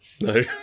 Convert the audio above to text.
No